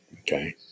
Okay